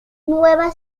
nueva